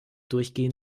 durchgehen